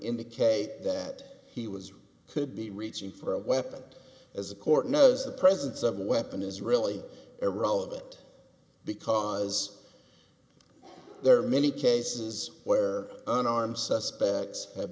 indicate that he was could be reaching for a weapon as the court knows the presence of a weapon is really irrelevant because there are many cases where unarmed suspects ha